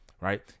Right